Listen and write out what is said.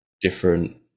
different